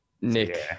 Nick